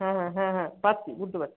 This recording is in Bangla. হ্যাঁ হ্যাঁ হ্যাঁ হ্যাঁ পারছি বুঝতে পারছি